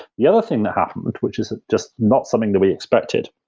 the other thing that happened, which is just not something that we expected,